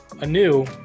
anew